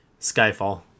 Skyfall